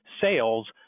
sales